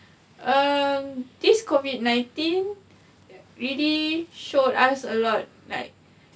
um this COVID nineteen really showed us a lot like